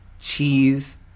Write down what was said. cheese